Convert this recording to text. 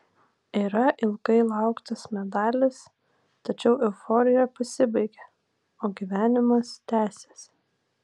yra ilgai lauktas medalis tačiau euforija pasibaigia o gyvenimas tęsiasi